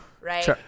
Right